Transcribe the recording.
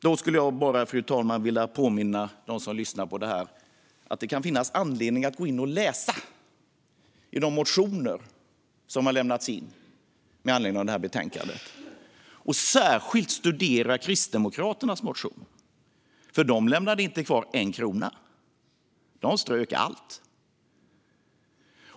Då skulle jag bara, fru talman, vilja påminna dem som lyssnar på det här om att det kan finnas anledning att läsa de motioner som har lämnats in med anledning av betänkandet och särskilt studera Kristdemokraternas motion, för de lämnade inte kvar en krona. De strök allt.